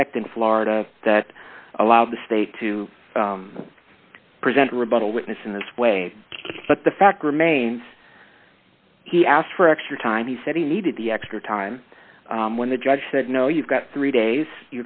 effect in florida that allowed the state to present a rebuttal witness in this way but the fact remains he asked for extra time he said he needed the extra time when the judge said no you've got three days